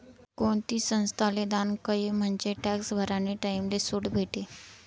कोणती संस्थाले दान कयं म्हंजे टॅक्स भरानी टाईमले सुट भेटी